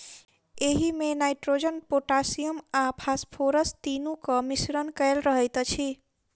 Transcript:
एहिमे nitrogen, potassium आ phosphorus तीनूक मिश्रण कएल रहैत अछि